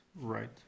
right